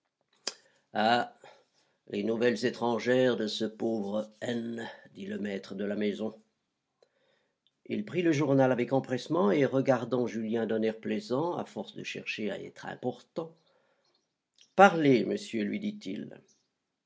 ah les nouvelles étrangères de ce pauvre n dit le maître de la maison il prit le journal avec empressement et regardant julien d'un air plaisant à force de chercher à être important parlez monsieur lui dit-il